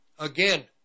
Again